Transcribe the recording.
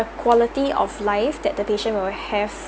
the quality of life that the patient will have